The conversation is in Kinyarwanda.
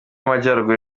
y’amajyaruguru